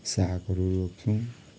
सागहरू रोप्छौँ